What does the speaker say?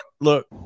Look